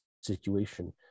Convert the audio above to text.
situation